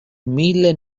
mille